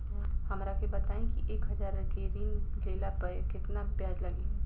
हमरा के बताई कि एक हज़ार के ऋण ले ला पे केतना ब्याज लागी?